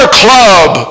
club